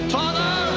father